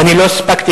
ואני לא הספקתי,